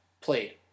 Played